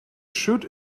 should